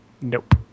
Nope